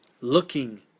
Looking